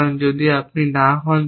কারণ যদি আপনি না হন